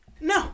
No